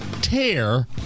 tear